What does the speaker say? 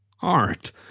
Art